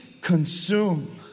consume